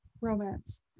Romance